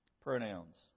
pronouns